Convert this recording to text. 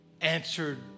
answered